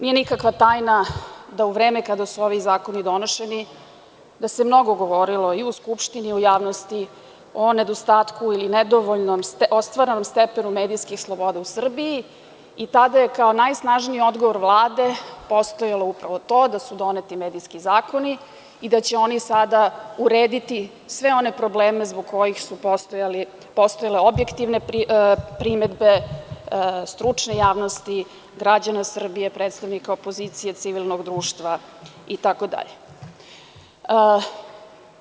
Nije nikakav tajna da u vreme kada su ovi zakoni donšeni, da se mnogo govorili i u Skupštini i u javnosti o nedostatku ili nedovoljno ostvarenom stepenu medijskih sloboda u Srbiji i tada je kao najsnažniji odgovor Vlade postojalo upravo to da su doneti medijski zakoni i da će oni sada urediti sve one probleme zbog kojih su postojale objektivne primedbe stručne javnosti, građana Srbije, predstavnika opozicije, civilnog društva i tako dalje.